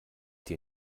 dir